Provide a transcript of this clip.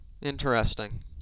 Interesting